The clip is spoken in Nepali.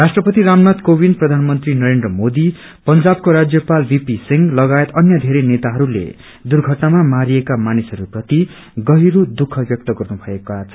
राष्ट्रपति रामनाथ कोविन्द प्रधानमंत्री नरेन्द्र मोदी पंजाबो राज्यपाल वीपी सिंह लगायत अन्य धेरै नेताहरूले दुर्घटनामा मारिएका मानिसहरूप्रति गहिरो दुःख व्यक्त गर्नुभएको छ